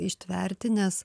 ištverti nes